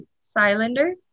cylinder